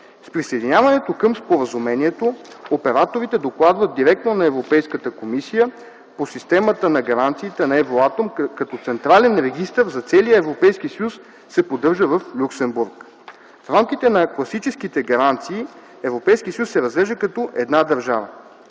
С присъединяването към споразумението операторите докладват директно на Европейската комисия по системата на гаранциите на Евратом, като централен регистър за целия Европейски съюз се поддържа в Люксембург. В рамките на класическите гаранции Европейският съюз се разглежда като една държава.